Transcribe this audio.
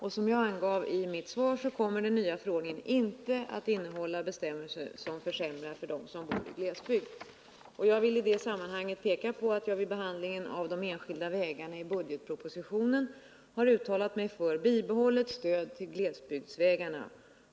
Som jag angav i mitt svar kommer den nya förordningen inte att innehålla bestämmelser som försämrar för dem som bor i glesbygd. Jag vill i sammanhanget peka på att jag vid behandlingen av de enskilda vägarna i budgetpropositionen har uttalat mig för bibehållet stöd till glesbygdsvägarna.